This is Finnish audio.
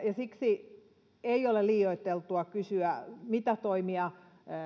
siksi ei ole liioiteltua kysyä mitä toimia